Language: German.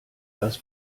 das